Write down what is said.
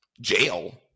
jail